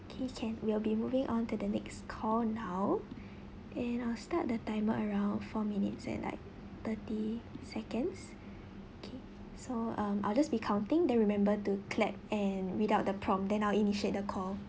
okay can we'll be moving on to the next call now and I'll start the timer around four minutes and like thirty seconds okay so um I'll just be counting then remember to clap and without the prompt then I'll initiate the call